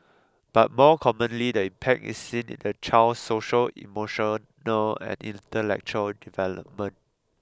but more commonly the impact is seen in the child's social emotional and intellectual development